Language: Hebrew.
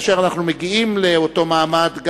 כאשר אנחנו מגיעים לאותו מעמד,